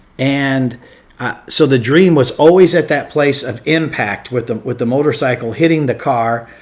and so the dream was always at that place of impact with the with the motorcycle hitting the car,